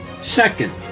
Second